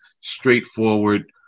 straightforward